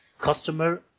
customer